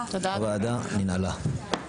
הוועדה ננעלה.